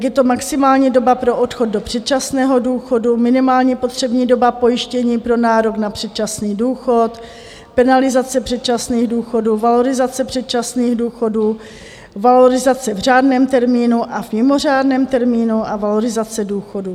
Je to maximální doba pro odchod do předčasného důchodu, minimální potřebná doba pojištění pro nárok na předčasný důchod, penalizace předčasných důchodů, valorizace předčasných důchodů, valorizace v řádném a mimořádném termínu a valorizace důchodů.